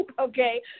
okay